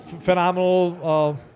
phenomenal